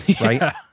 Right